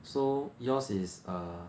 so yours is err